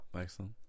excellent